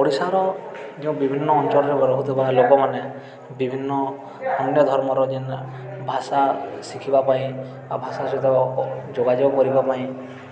ଓଡ଼ିଶାର ଯେଉଁ ବିଭିନ୍ନ ଅଞ୍ଚଳରେ ରହୁଥିବା ଲୋକମାନେ ବିଭିନ୍ନ ଅନ୍ୟ ଧର୍ମର ଯେନ୍ ଭାଷା ଶିଖିବା ପାଇଁ ଭାଷା ସହିତ ଯୋଗାଯୋଗ କରିବା ପାଇଁ